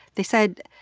they said,